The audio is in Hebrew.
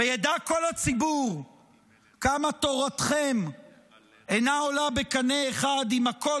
וידע כל הציבור כמה תורתכם אינה עולה בקנה אחד עם הקול